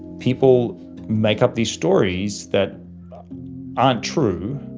people make up these stories that aren't true.